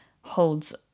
holds